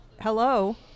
Hello